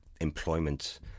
employment